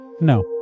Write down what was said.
no